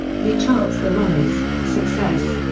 he charts the rise, success,